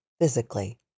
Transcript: physically